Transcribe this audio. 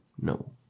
No